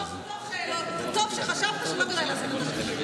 טוב שחשבת שלא כדאי להזכיר את השם שלי.